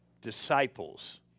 disciples